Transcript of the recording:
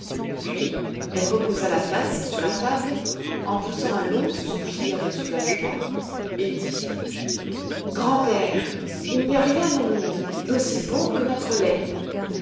puis elle reposa la tasse sur la table en poussant un long soupir de soulagement et dit grand-père il n'y a rien au monde d'aussi bon que notre lait